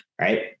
right